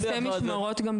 אתה עושה גם משמרות בלעדיו?